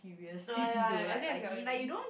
oh ya I think I get what you mean